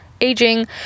aging